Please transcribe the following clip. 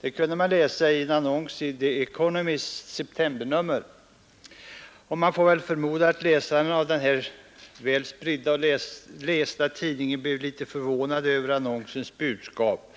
detta kunde man läsa i en annons i The Economists septembernummer. Man får väl förmoda att läsarna av denna spridda och väl lästa tidning blev litet förvånade över annonsens budskap.